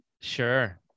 Sure